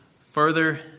further